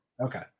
Okay